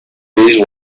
these